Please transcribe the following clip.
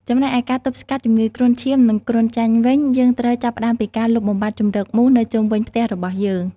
ចំណែកឯការទប់ស្កាត់ជំងឺគ្រុនឈាម និងគ្រុនចាញ់វិញ យើងត្រូវចាប់ផ្តើមពីការលុបបំបាត់ជម្រកមូសនៅជុំវិញផ្ទះរបស់យើង។